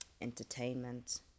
entertainment